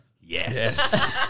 yes